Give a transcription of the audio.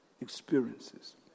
experiences